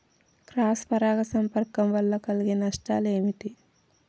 Cross పరాగ సంపర్కం వల్ల కలిగే నష్టాలు ఏమిటి?